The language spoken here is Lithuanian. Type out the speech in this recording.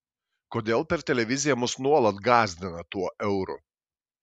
kodėl per televiziją mus nuolat gąsdina tuo euru